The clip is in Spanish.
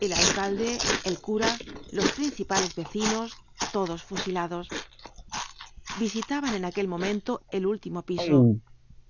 el alcalde el cura los principales vecinos todos fusilados visitaban en aquel momento el último piso